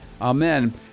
Amen